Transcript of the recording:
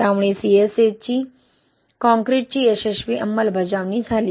त्यामुळे सीएसए कॉंक्रिटची यशस्वी अंमलबजावणी झाली